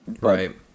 Right